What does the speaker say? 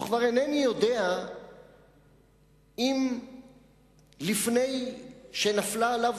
וכבר אינני יודע אם לפני שנפלה עליו